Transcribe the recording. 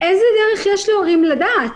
איזו דרך יש להורים לדעת?